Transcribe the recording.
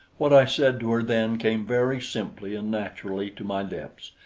what i said to her then came very simply and naturally to my lips.